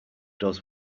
does